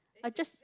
I just